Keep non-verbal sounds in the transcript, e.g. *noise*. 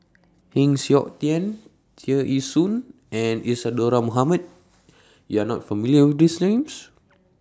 *noise* Heng Siok Tian Tear Ee Soon and Isadhora Mohamed YOU Are not familiar with These Names